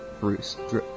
Bruce